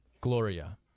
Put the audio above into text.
Gloria